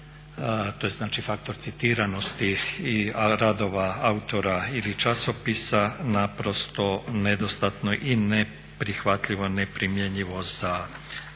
to je znači faktor citiranosti radova autora ili časopisa naprosto nedostatno i neprihvatljivo, neprimjenjivo u